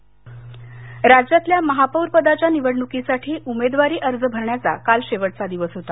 महापौर परभणी अकोला राज्यातल्या महापौरपदाच्या निवडणुकीसाठी उमेदवारी अर्ज भरण्याचा काल शेवटचा दिवस होता